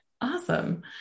Awesome